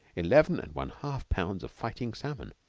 eleven and one half pounds of fighting salmon!